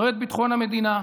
לא את ביטחון המדינה,